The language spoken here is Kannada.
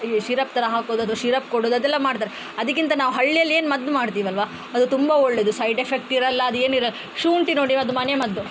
ಈ ಶಿರಪ್ ಥರ ಹಾಕೋದು ಅದು ಶಿರಪ್ ಕೊಡೋದು ಅದೆಲ್ಲ ಮಾಡ್ತಾರೆ ಅದಕ್ಕಿಂತ ನಾವು ಹಳ್ಳಿಯಲ್ಲಿ ಏನು ಮದ್ದು ಮಾಡ್ತೀವಲ್ಲವ ಅದು ತುಂಬ ಒಳ್ಳೆಯದು ಸೈಡ್ ಎಫೆಕ್ಟ್ ಇರೋಲ್ಲ ಅದು ಏನು ಇರಲ್ಲ ಶುಂಠಿ ನೋಡಿ ಇವತ್ತು ಮನೆಮದ್ದು